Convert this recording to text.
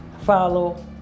follow